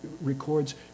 records